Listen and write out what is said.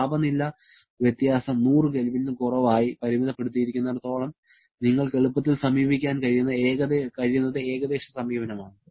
താപനില വ്യത്യാസം 100 K ലും കുറവായി പരിമിതപ്പെടുത്തിയിരിക്കുന്നിടത്തോളം നിങ്ങൾക്ക് എളുപ്പത്തിൽ സമീപിക്കാൻ കഴിയുന്നത് ഏകദേശ സമീപനം ആണ്